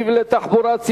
(מס' 95) (נתיב לתחבורה ציבורית),